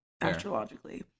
astrologically